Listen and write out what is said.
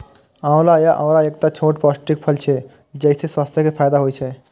आंवला या औरा एकटा छोट पौष्टिक फल छियै, जइसे स्वास्थ्य के फायदा होइ छै